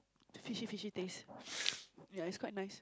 fishy fishy taste ya is quite nice